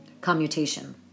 commutation